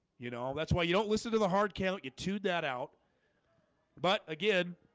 you know that's why you don't listen to the hardcamp you to that out but again